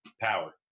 power